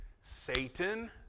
Satan